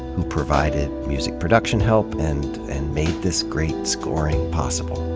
who provided music production help and and made this great scoring possible.